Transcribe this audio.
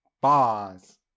Bars